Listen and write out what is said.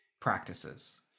practices